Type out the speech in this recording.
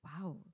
wow